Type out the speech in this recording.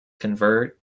convert